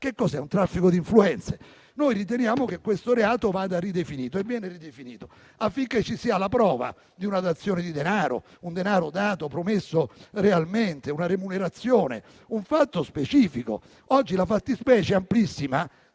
Sarebbe un traffico di influenze? Noi riteniamo che questo reato vada rivisto e ridefinito affinché ci sia la prova di una dazione di denaro, un denaro dato o promesso realmente, una remunerazione, un fatto specifico. Oggi la fattispecie amplissima